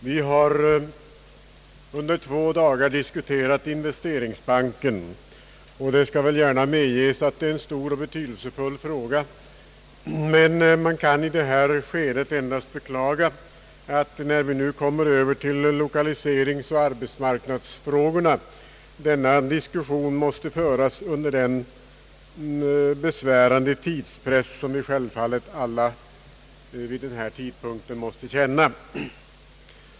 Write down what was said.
Vi har under två dagar diskuterat investeringsbanken, och det skall väl gärna medges att det är en stor och betydelsefull fråga, men man kan i det här skedet endast beklaga, att när vi nu kommer över till lokaliseringsoch arbetsmarknadsfrågorna så måste diskussionen föras under en besvärande tidspress, som vi självfallet alla vid denna sena tidpunkt måste känna.